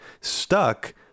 stuck